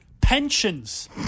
Pensions